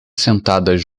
sentadas